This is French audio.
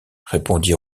répondit